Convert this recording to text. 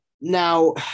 now –